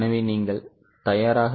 எனவே நீங்கள் தயாரா